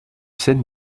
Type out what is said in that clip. scènes